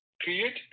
Create